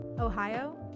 ohio